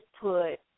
put